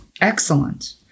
Excellent